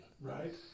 Right